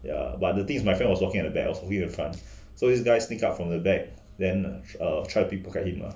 ya but the thing was my friend was walking at the back I was walking at the front so this guy sneak up from the back then err try to pickpocket him lah